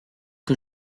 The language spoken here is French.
que